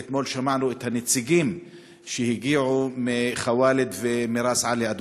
ואתמול שמענו את הנציגים שהגיעו מח'וואלד ומראס עלי,